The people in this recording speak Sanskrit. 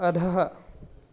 अधः